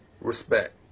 Respect